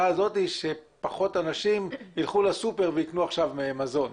הזאת שפחות אנשים ילכו לסופרמרקט ויקנו עכשיו מזון.